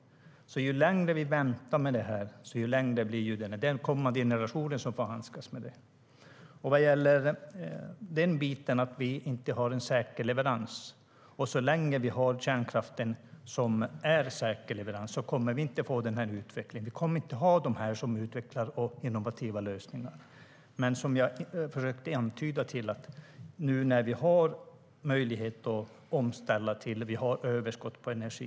Ju längre vi väntar med beslutet, desto längre tid tar det. Det blir kommande generationer som får handskas med det. Nu har vi möjlighet att ställa om och överskott på energi.